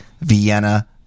Vienna